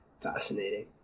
fascinating